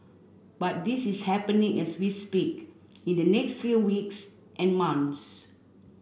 but this is happening as we speak in the next few weeks and months